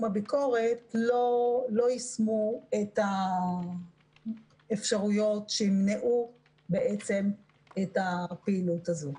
הביקורת לא יישמו את האפשרויות שימנעו את הפעילות הזאת.